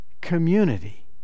community